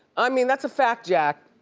i mean, that's a fact, jack.